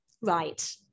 right